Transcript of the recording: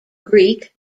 greek